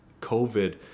COVID